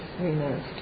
removed